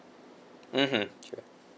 mmhmm